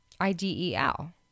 I-D-E-L